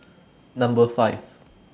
Number five